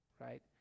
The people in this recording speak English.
right